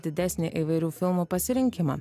didesnį įvairių filmų pasirinkimą